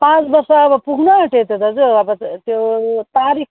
पाँच वर्ष अब पुग्नआँट्यो त दाजु अब त्यो तारिक